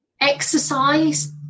exercise